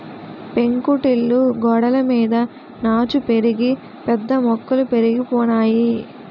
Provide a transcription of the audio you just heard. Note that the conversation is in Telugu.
పెంకుటిల్లు గోడలమీద నాచు పెరిగి పెద్ద మొక్కలు పెరిగిపోనాయి